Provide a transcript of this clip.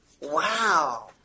Wow